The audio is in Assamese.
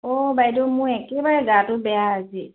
অঁ বাইদেউ মোৰ একেবাৰে গাটো বেয়া আজি